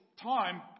time